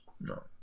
no